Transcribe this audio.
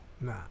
Nah